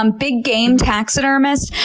um big game taxidermist.